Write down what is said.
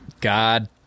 God